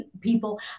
people